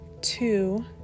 two